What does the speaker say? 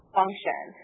function